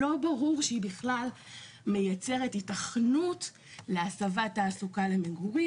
לא ברור שהיא בכלל מייצרת היתכנות להסבת תעסוקה למגורים.